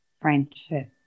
friendship